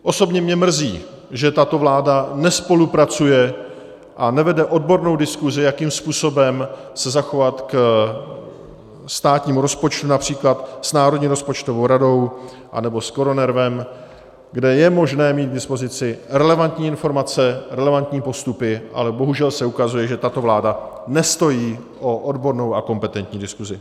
Osobně mě mrzí, že tato vláda nespolupracuje a nevede odbornou diskuzi, jakým způsobem se zachovat k státnímu rozpočtu, například s Národní rozpočtovou radou anebo s KoroNERVem, kde je možné mít k dispozici relevantní informace, relevantní postupy, ale bohužel se ukazuje, že tato vláda nestojí o odbornou a kompetentní diskuzi.